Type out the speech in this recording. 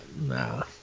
nah